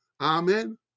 Amen